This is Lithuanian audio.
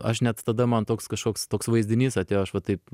aš net tada man toks kažkoks toks vaizdinys atėjo aš va taip